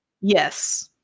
Yes